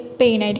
pain